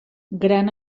gran